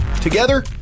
Together